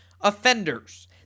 offenders